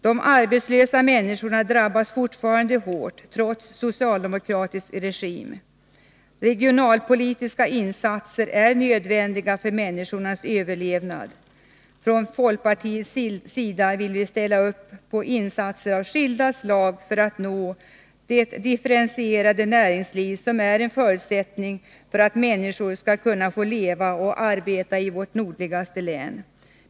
De arbetslösa människorna drabbas fortfarande hårt, trots socialdemokratisk regim. Regionalpolitiska insatser är nödvändiga för människornas överlevnad. Från folkpartiets sida vill vi ställa upp på insatser av skilda slag för att vi skall kunna få det differentierade näringsliv som är en förutsättning för att människor skall kunna leva och arbeta i vårt nordligaste län.